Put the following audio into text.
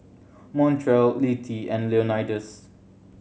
Montrell Littie and Leonidas